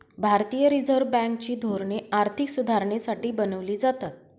भारतीय reserve bank ची धोरणे आर्थिक सुधारणेसाठी बनवली जातात